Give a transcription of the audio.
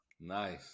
Nice